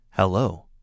Hello